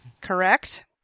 Correct